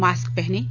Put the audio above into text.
mask पहनें